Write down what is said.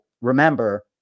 remember